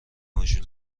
ماژول